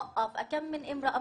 בתרגום)